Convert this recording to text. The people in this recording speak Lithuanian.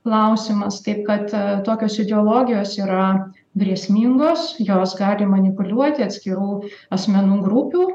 klausimas taip kad tokios ideologijos yra grėsmingos jos gali manipuliuoti atskirų asmenų grupių